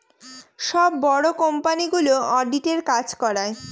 সব বড়ো কোম্পানিগুলো অডিটের কাজ করায়